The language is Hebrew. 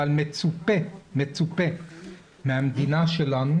אבל מצופה מהמדינה שלנו,